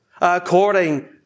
according